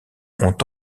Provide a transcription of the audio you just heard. ont